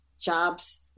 jobs